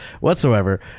whatsoever